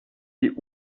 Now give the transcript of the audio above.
die